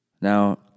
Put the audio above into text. Now